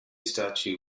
statue